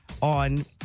on